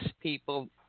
people